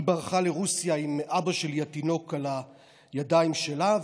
היא ברחה לרוסיה עם אבא שלי התינוק על הידיים שלה,